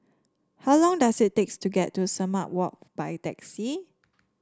how long does it takes to get to Sumang Walk by taxi